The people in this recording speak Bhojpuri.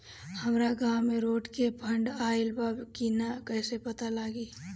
हमरा गांव मे रोड के फन्ड आइल बा कि ना कैसे पता लागि?